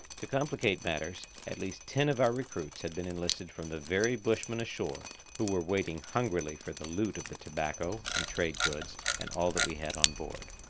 to complicate matters, at least ten of our recruits had been enlisted from the very bushmen ashore who were waiting hungrily for the loot of the tobacco and trade goods and all that we had on board.